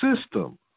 system